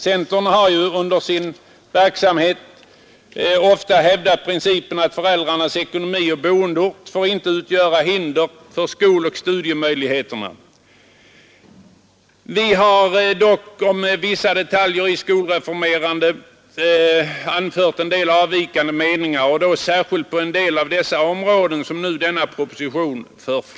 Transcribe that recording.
Centern har ofta hävdat principen att föräldrarnas ekonomi och boendeort inte får utgöra hinder för de ungas studiemöjligheter. Men om vissa detaljer har vi haft avvikande meningar, och då särskilt på en del av de områden som återfinns i denna proposition.